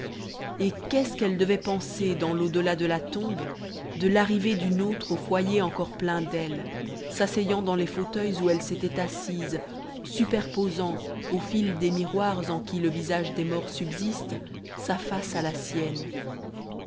et qu'est-ce qu'elle devait penser dans lau delà de la tombe de l'arrivée d'une autre au foyer encore plein d'elle s'asseyant dans les fauteuils où elle s'était assise superposant au fil des miroirs en qui le visage des morts subsiste sa face à la sienne